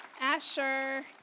Asher